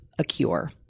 Acure